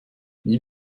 wie